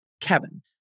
Kevin